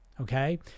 okay